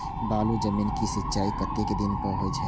बालू जमीन क सीचाई कतेक दिन पर हो छे?